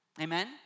Amen